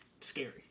scary